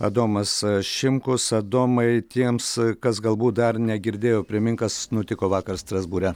adomas šimkus adomai tiems kas galbūt dar negirdėjo primink kas nutiko vakar strasbūre